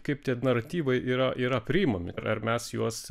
kaip tie naratyvai yra yra priimami ar mes juos